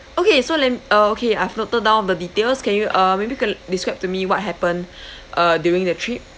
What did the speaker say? okay so let m~ uh okay I filtered down the details can you uh maybe can describe to me what happened uh during the trip